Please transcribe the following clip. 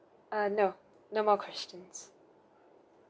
uh no no more questions